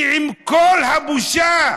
ועם כל הבושה,